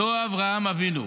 אותו אברהם אבינו